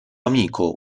amico